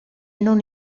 non